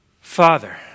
Father